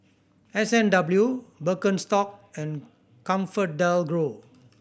S and W Birkenstock and ComfortDelGro